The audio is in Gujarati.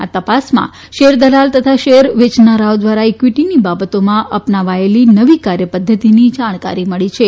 આ ત ાસમાં શેરદલાલ તથા શેરવેચનારાઓ દ્વારા ઇક્વિટીની બાબતોમાં અ નાવેલી નવી કાર્ય દ્વતીની જાણકારી મળી છે